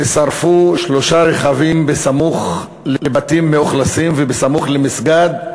ושרפו שלושה רכבים סמוך לבתים מאוכלסים וסמוך למסגד.